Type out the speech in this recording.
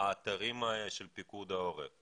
האתרים של פיקוד העורף,